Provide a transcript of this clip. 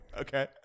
Okay